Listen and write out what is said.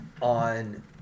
on